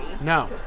No